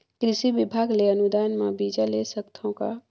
कृषि विभाग ले अनुदान म बीजा ले सकथव का?